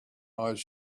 eyes